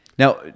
Now